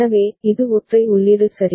எனவே இது ஒற்றை உள்ளீடு சரி